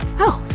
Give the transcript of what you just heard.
oh,